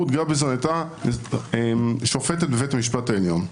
רות גביזון היתה שופטת בבית המשפט העליון.